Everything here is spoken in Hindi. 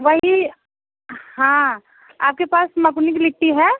वही हाँ आपके पास मकुनी की लिट्टी है